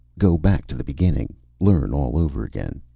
go back to the beginning, learn all over again,